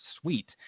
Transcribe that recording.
sweet